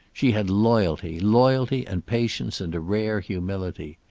she had loyalty, loyalty and patience and a rare humility.